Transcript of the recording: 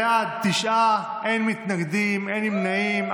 בעד, תשעה, אין מתנגדים, אין נמנעים.